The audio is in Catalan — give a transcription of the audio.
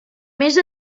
més